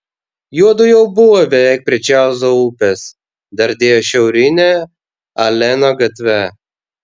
juodu jau buvo beveik prie čarlzo upės dardėjo šiaurine aleno gatve